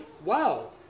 Wow